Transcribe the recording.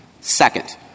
Second